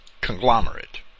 conglomerate